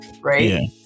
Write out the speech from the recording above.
right